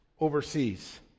overseas